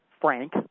Frank